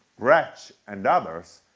gretsch and others,